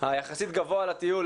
היחסית גבוה לטיול,